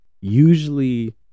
usually